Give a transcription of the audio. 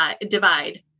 divide